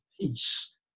peace